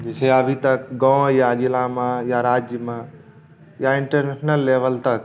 जे छै अभीतक गाँव मे या जिला मे या राज्य मे या इण्टरनेशनल लेवल तक